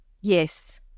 Yes